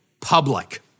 public